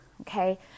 okay